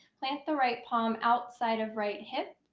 plant the right palm outside of right hip.